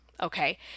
Okay